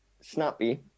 snappy